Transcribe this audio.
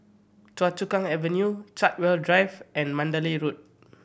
Choa Chu Kang Avenue Chartwell Drive and Mandalay Road